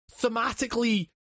thematically